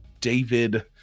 David